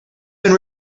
been